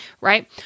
right